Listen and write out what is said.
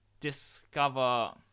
discover